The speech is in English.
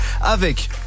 avec